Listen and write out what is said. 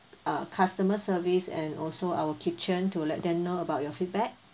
uh customer service and also our kitchen to let them know about your feedback